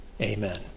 Amen